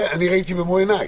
במו עיניי.